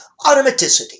Automaticity